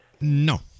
No